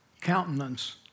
countenance